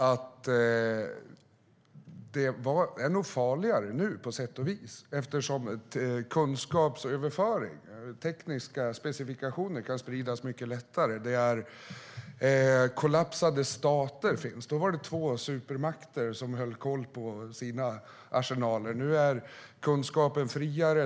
Det är nog på sätt och vis farligare nu, eftersom kunskapsöverföring och tekniköverföring kan spridas mycket lättare. Det finns kollapsade stater. Förr var det två supermakter som höll koll på sina arsenaler. Nu är kunskapen friare.